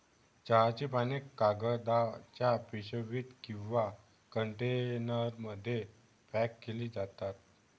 चहाची पाने कागदाच्या पिशवीत किंवा कंटेनरमध्ये पॅक केली जातात